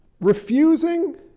refusing